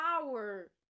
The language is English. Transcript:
power